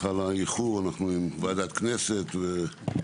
סליחה על האיחור, אני מגיע מוועדת הכנסת מדיונים